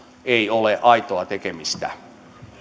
ei ole aitoa tekemistä